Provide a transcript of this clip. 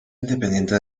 independiente